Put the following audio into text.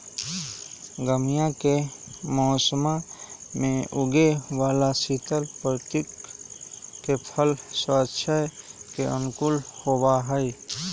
गर्मीया के मौसम्मा में उगे वाला शीतल प्रवृत्ति के फल स्वास्थ्य के अनुकूल होबा हई